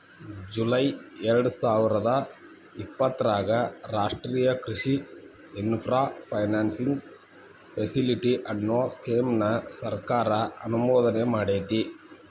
July ಎರ್ಡಸಾವಿರದ ಇಪ್ಪತರಾಗ ರಾಷ್ಟ್ರೇಯ ಕೃಷಿ ಇನ್ಫ್ರಾ ಫೈನಾನ್ಸಿಂಗ್ ಫೆಸಿಲಿಟಿ, ಅನ್ನೋ ಸ್ಕೇಮ್ ನ ಸರ್ಕಾರ ಅನುಮೋದನೆಮಾಡೇತಿ